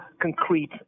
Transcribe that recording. concrete